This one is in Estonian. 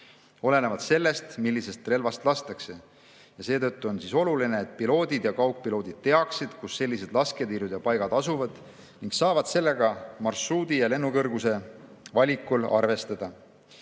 olenevalt sellest, millisest relvast lastakse. Seetõttu on oluline, et piloodid ja kaugpiloodid teaksid, kus sellised lasketiirud ja ‑paigad asuvad, ning saaksid sellega marsruudi ja lennukõrguse valikul arvestada.